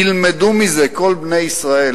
ילמדו מזה כל בני ישראל